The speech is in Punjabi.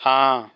ਹਾਂ